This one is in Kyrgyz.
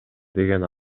деген